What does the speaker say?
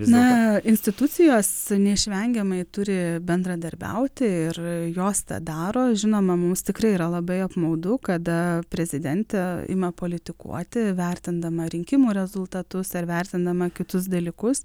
na institucijos neišvengiamai turi bendradarbiauti ir jos tą daro žinoma mums tikrai yra labai apmaudu kada prezidentė ima politikuoti vertindama rinkimų rezultatus ar vertindama kitus dalykus